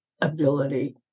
ability